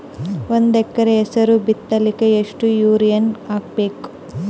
ಒಂದ್ ಎಕರ ಹೆಸರು ಬಿತ್ತಲಿಕ ಎಷ್ಟು ಯೂರಿಯ ಹಾಕಬೇಕು?